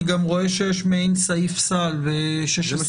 אני רואה גם שיש מעין סעיף סל ב-16(א)(10),